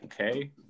okay